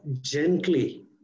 gently